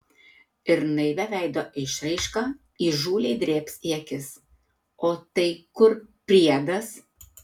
ir naivia veido išraiška įžūliai drėbs į akis o tai kur priedas